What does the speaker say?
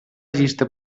llista